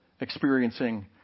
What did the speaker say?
experiencing